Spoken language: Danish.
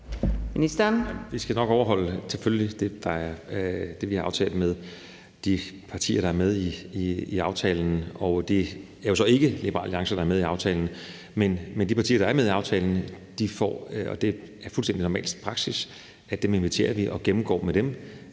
nok overholde det, vi har aftalt med de partier, der er med i aftalen, og Liberal Alliance er jo så ikke med i aftalen. Men de partier, der er med i aftalen, får det. Det er fuldstændig normal praksis, at vi inviterer de partier og gennemgår det med